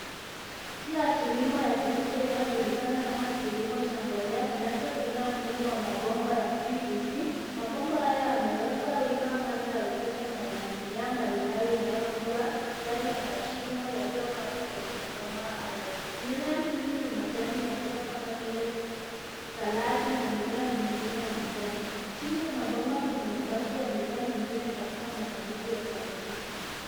Njia ya kilimo ya kisasa inayojulikana kama kilimo cha mbolea kinachotumiaa mfumo wa mabomba ya PVC. Mabomba haya yamewekwa wima kando ya ukuta na yana mimea mbalimbali inayokua ndani ya mashimo yaliyokatwa kwenye mabomba hayo. Mimea mingi ni majani ya mboga kama vile saladi na mimea mingine ya majani. Chini ya mabomba kuna mabaki ya mimea mingine katika masanduku ya plastiki.